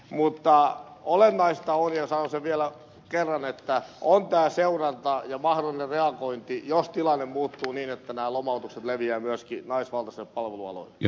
mutta olennaista on ja sanon sen vielä kerran että on tämä seuranta ja mahdollinen reagointi jos tilanne muuttuu niin että nämä lomautukset leviävät myöskin naisvaltaisille palvelualoille